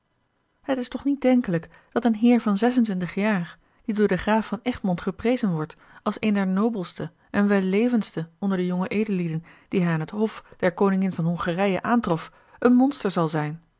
het is toch niet denkelijk dat een heer van zesentwintig jaar die door den graaf van egmond geprezen wordt als een der nobelste en wellevendste onder de jonge edellieden die hij aan het hof der koningin van hongarije aantrof een monster zal zijn